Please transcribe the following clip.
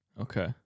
Okay